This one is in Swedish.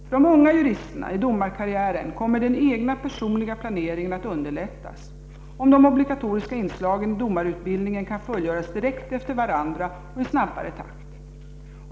För de unga juristerna i domarkarriären kommer den egna personliga planeringen att underlättas, om de obligatoriska inslagen i domarutbildningen kan fullgöras direkt efter varandra och i snabbare takt.